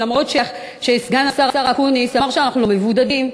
אף שסגן השר אקוניס אמר שאנחנו לא מבודדים,